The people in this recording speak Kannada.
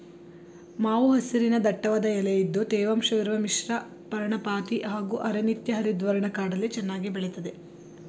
ಮಾವು ಹಸಿರಿನ ದಟ್ಟವಾದ ಎಲೆ ಇದ್ದು ತೇವಾಂಶವಿರುವ ಮಿಶ್ರಪರ್ಣಪಾತಿ ಹಾಗೂ ಅರೆ ನಿತ್ಯಹರಿದ್ವರ್ಣ ಕಾಡಲ್ಲಿ ಚೆನ್ನಾಗಿ ಬೆಳಿತದೆ